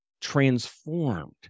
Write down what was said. transformed